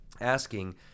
asking